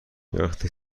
وقتی